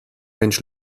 mensch